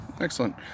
excellent